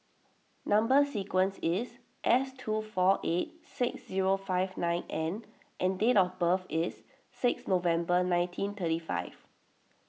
Number Sequence is S two four eight six zero five nine N and date of birth is six November nineteen thirty five